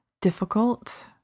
difficult